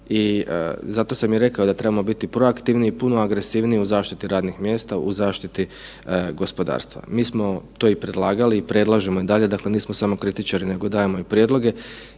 i zato sam i rekao da trebamo biti proaktivni i puno agresivniji u zaštiti radnih mjesta, u zaštiti gospodarstva. Mi smo to i predlagali i predlažemo i dalje, dakle nismo samo kritičari nego dajemo i prijedloge